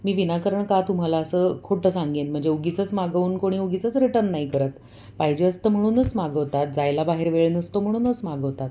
मी विनाकरण का तुम्हाला असं खोटं सांगेन म्हणजे उगीच मागवून कोणी उगीचंच रिटर्न नाही करत पाहिजे असतं म्हणूनच मागवतात जायला बाहेर वेळ नसतो म्हणूनच मागवतात